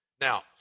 Now